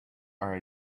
are